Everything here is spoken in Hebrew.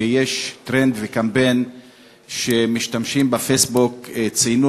שיש טרנד וקמפיין שמשתמשים בפייסבוק ציינו